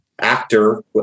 actor